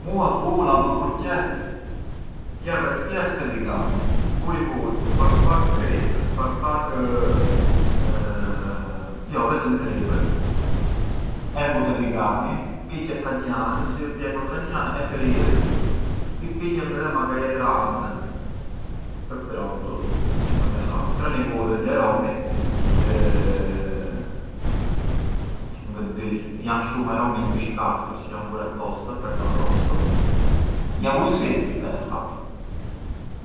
Mua pula më përqen prier e sprier te digani, u i vu pak pak krip, pak pak… jo vetëm kripën e e vu te digani piqet ka një anë, si ë pjekur ka një anë e pryer, si piqet midhema ka jetra anë ë prontu e mënd e ha, pran i vu degli aromi çë janë shumë aromi mbishkartur çë jan burë apposta per l’arrostu, e e ha.